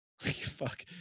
Fuck